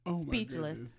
Speechless